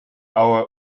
our